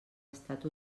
estat